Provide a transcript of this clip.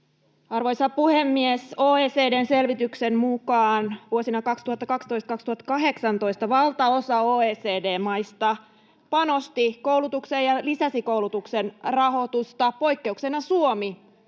Arvoisa puhemies! OECD:n selvityksen mukaan vuosina 2012—2018 valtaosa OECD-maista panosti koulutukseen ja lisäsi koulutuksen rahoitusta — poikkeuksena Suomi,